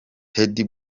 teddy